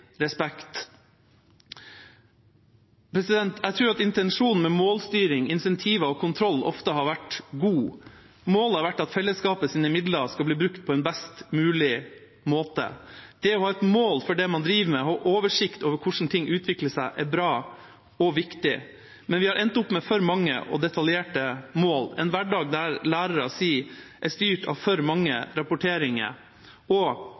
respekt. Jeg tror at intensjonen med målstyring, incentiver og kontroll ofte har vært god. Målet har vært at fellesskapets midler skal bli brukt på en best mulig måte. Det å ha et mål for det man driver med, og oversikt over hvordan ting utvikler seg, er bra og viktig. Men vi har endt opp med for mange og detaljerte mål, en hverdag lærere sier er styrt av for mange rapporteringer, og